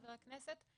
חבר הכנסת,